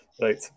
right